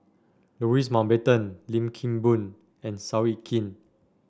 Louis Mountbatten Lim Kim Boon and Seow Yit Kin